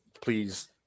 please